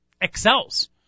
excels